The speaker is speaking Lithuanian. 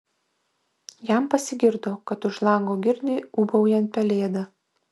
jam pasigirdo kad už lango girdi ūbaujant pelėdą